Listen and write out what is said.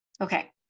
okay